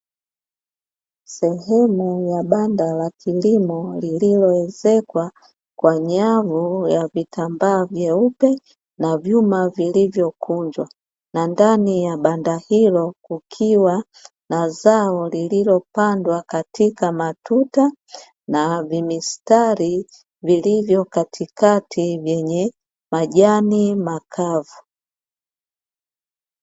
Sehemu ya banda la kilimo lililoezekwa kwa nyavu ya vitambaa vyeupe na vyuma vilivyokunjwa, na ndani ya banda hilo kukiwa na zao lilipandwa katika matuta, na vimistari vilivyo katikati vyenye majani makavu.